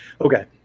okay